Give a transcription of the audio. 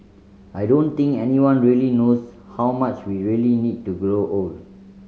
I don't think anyone really knows how much we really need to grow old